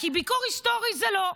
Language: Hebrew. כי ביקור היסטורי זה לא,